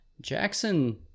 Jackson